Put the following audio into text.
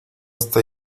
está